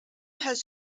has